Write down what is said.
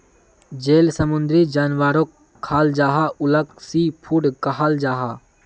जेल समुंदरी जानवरोक खाल जाहा उलाक सी फ़ूड कहाल जाहा